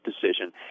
decision